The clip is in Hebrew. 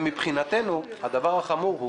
מבחינתנו, הדבר החמור הוא